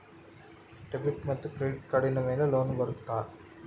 Debit ಮತ್ತು credit ಕಾರ್ಡಿನ ಮೇಲೆ ಲೋನ್ ಬರುತ್ತಾ?